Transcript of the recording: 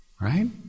Right